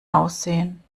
aussehen